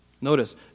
Notice